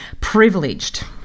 privileged